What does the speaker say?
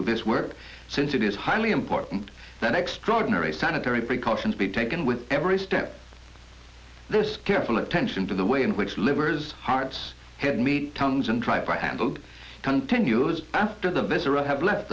do this work since it is highly important that extraordinary sanitary precautions be taken with every step this careful attention for the way in which livers hearts help me tongues and tribe i handled continuos after the visceral have left